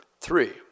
three